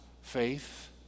faith